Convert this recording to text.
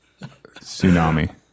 Tsunami